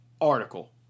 article